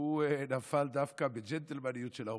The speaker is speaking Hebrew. שהוא נפל דווקא בג'נטלמניות של האופוזיציה,